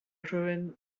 rhywun